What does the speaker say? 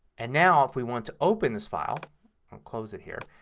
and now if we want to open this file, i'll close it here,